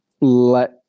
let